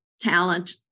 talent